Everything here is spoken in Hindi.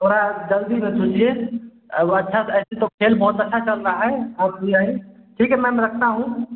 थोड़ा जल्दी में कीजिए एगो अच्छा सा ऐसे तो खेल बहुत अच्छा चल रहा है हाउस फुल है ठीक है मैम रखता हूँ